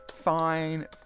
fine